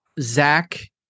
zach